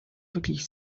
wirklich